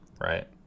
right